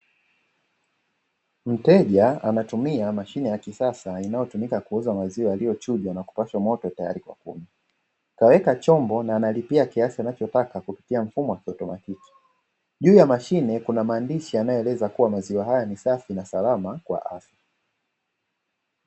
Mteja anatumia mashine ya kisasa inayotumika kuuza maziwa , yaliyochujwa na kupashwa moto tayari kwa kunywa. Kaweka chombo na analipia kiasi anachokitaka kupitia mfumo wa kiautomatiki. Juu ya mashine kuna maandishi yanayoeleza kua maziwa haya ni safi na salama kwa afya.